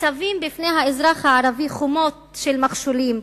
ניצבות בפני האזרח הערבי חומות של מכשולים,